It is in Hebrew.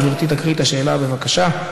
גברתי תקריא את השאלה, בבקשה.